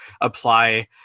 apply